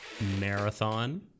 marathon